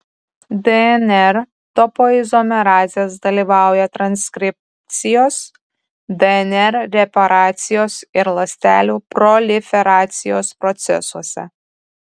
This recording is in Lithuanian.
dnr topoizomerazės dalyvauja transkripcijos dnr reparacijos ir ląstelių proliferacijos procesuose